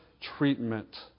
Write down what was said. treatment